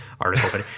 article